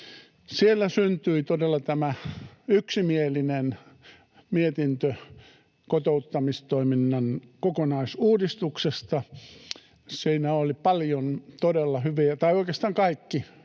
todella syntyi tämä yksimielinen mietintö kotouttamistoiminnan kokonaisuudistuksesta. Siinä oli paljon todella hyviä kohtia, tai oikeastaan kaikki